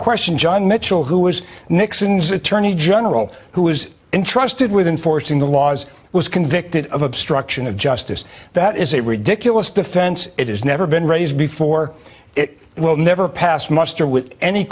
question john mitchell who was nixon's attorney general who was intrusted with enforcing the laws was convicted of obstruction of justice that is a ridiculous defense it has never been raised before it will never pass muster with any